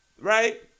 right